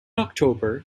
october